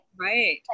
Right